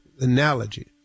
analogy